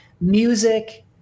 music